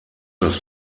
das